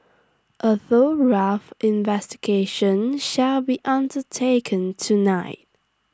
A thorough investigation shall be undertaken tonight